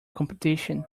competition